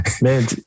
Man